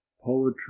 poetry